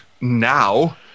Now